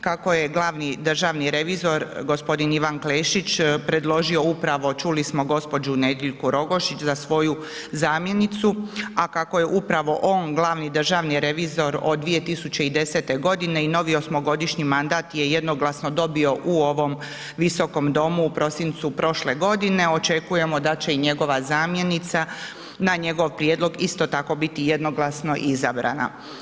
Kako je glavni državni revizor gospodin Ivan Klešić predložio upravo, čuli smo gđu. Nediljku Rogošić za svoju zamjenicu a kako je upravo on glavni državni revizor od 2010. godine i novi 8.-godišnji mandat je jednoglasno dobio u ovom Visokom domu u prosincu prošle godine očekujemo da će i njegova zamjenica na njegov prijedlog isto tako biti jednoglasno izabrana.